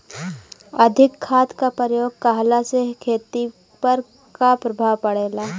अधिक खाद क प्रयोग कहला से खेती पर का प्रभाव पड़ेला?